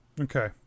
Okay